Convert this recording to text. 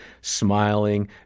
smiling